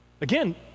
Again